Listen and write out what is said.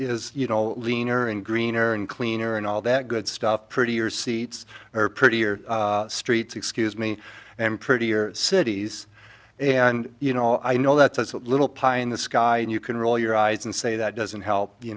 is you know leaner and greener and cleaner and all that good stuff prettier seats or prettier streets excuse me and prettier cities and you know i know that's a little pie in the sky and you can roll your eyes and say that doesn't help you